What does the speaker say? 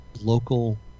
local